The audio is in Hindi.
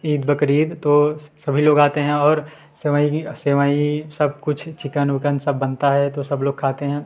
ईद बकरीद तो सभी लोग आते हैं और सेवई सेवई सब कुछ चिकन ओकन सब बनता है तो सब लोग खाते हैं